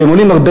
הם עולים הרבה